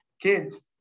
kids